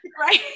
right